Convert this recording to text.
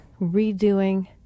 redoing